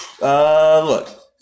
look